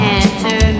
answer